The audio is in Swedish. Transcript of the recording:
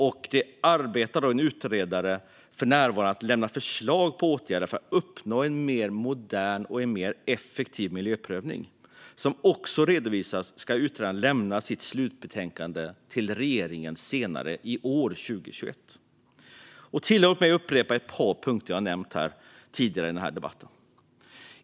En utredare arbetar för närvarande och ska lämna förslag på åtgärder för att man ska uppnå en mer modern och effektiv miljöprövning. Som också redovisats ska utredaren lämna sitt slutbetänkande till regeringen senare i år, 2021. Tillåt mig att upprepa ett par punkter jag har nämnt tidigare i denna debatt.